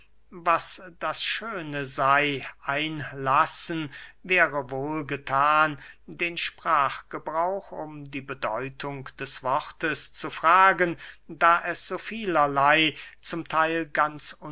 was das schöne sey einlassen wäre wohl gethan den sprachgebrauch um die bedeutung des wortes zu fragen da es so vielerley zum theil ganz